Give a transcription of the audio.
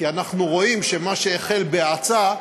כי אנחנו רואים שמה שהחל בהאצה,